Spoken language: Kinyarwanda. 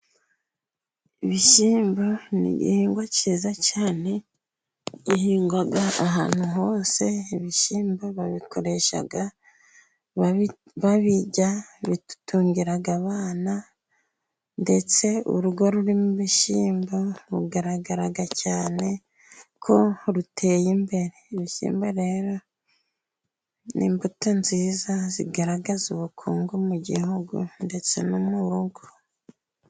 Ibishyimbo ni igihingwa cyiza cyane, gihingwaga ahantu hose. Ibishyimbo babikoresha babirya, bidutungira abana, ndetse urugo rurimo ibishyimbo rugaragara cyane ko ruteye imbere. Ibishyimbo rero ni imbuto nziza igaragaza ubukungu mu gihugu ndetse no mu rugo.